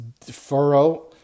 furrow